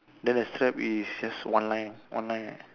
then the strap is just one line one line right